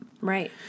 Right